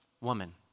woman